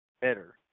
better